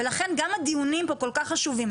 ולכן גם הדיונים פה כל כך חשובים.